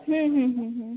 হুম হুম হুম হুম